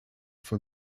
for